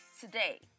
today